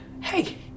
Hey